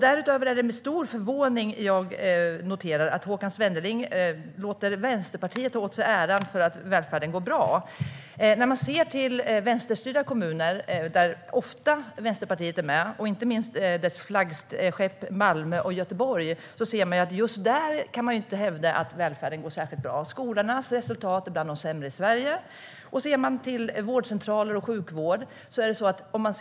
Därutöver är det med stor förvåning jag noterar att Håkan Svenneling låter Vänsterpartiet ta åt sig äran för att välfärden går bra. Man kan se på vänsterstyrda kommuner, där ofta Vänsterpartiet är med, inte minst flaggskeppen Malmö och Göteborg. Man kan inte hävda att välfärden går särskilt bra just där. Skolornas resultat är bland de sämre i Sverige. Man kan titta på vårdcentraler och sjukvård.